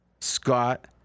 Scott